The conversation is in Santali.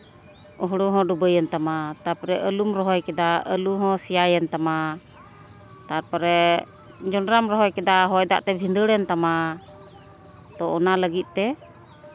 ᱦᱩᱲᱩ ᱦᱚᱸ ᱰᱩᱵᱟᱹᱭᱮᱱ ᱛᱟᱢᱟ ᱛᱟᱨᱯᱚᱨᱮ ᱟᱹᱞᱩᱢ ᱨᱚᱦᱚᱭ ᱠᱮᱫᱟ ᱟᱹᱞᱩ ᱦᱚᱸ ᱥᱮᱭᱟᱭᱮᱱ ᱛᱟᱢᱟ ᱛᱟᱨᱯᱚᱨᱮ ᱡᱚᱸᱰᱨᱟᱢ ᱨᱚᱦᱚᱭ ᱠᱮᱫᱟ ᱦᱚᱭ ᱫᱟᱜ ᱛᱮ ᱵᱷᱤᱸᱫᱟᱹᱲᱮᱱ ᱛᱟᱢᱟ ᱛᱳ ᱚᱱᱟ ᱞᱟᱹᱜᱤᱫ ᱛᱮ